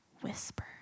whisper